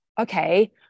okay